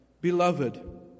Beloved